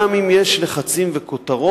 גם אם יש לחצים וכותרות,